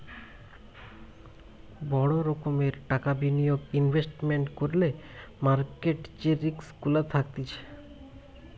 বড় রোকোমের টাকা বিনিয়োগ ইনভেস্টমেন্ট করলে মার্কেট যে রিস্ক গুলা থাকতিছে